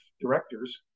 directors